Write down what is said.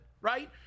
right